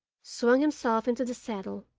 swung himself into the saddle,